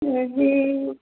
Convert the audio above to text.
ये कि